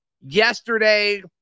yesterday